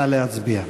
נא להצביע.